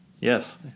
Yes